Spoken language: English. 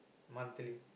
monthly